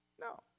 No